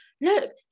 look